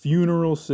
Funeral